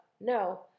No